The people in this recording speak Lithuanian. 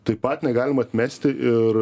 taip pat negalima atmesti ir